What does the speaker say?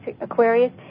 Aquarius